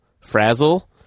Frazzle